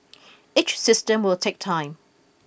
each system will take time